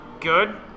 Good